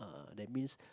that means